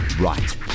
right